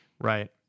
Right